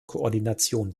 koordination